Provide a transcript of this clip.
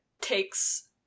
takes